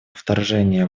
вторжения